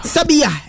Sabia